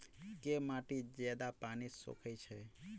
केँ माटि जियादा पानि सोखय छै?